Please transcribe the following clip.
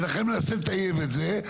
ולכן אני מנסה לטייב את זה.